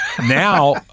Now